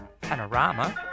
Panorama